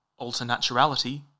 Alternaturality